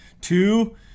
two